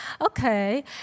Okay